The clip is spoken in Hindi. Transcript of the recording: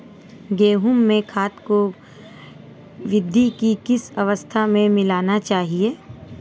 गेहूँ में खाद को वृद्धि की किस अवस्था में मिलाना चाहिए?